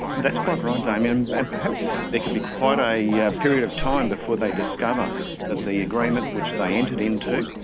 that's quite right, damien, and perhaps it can be quite a yeah period of time before they discover that the agreement which they entered into,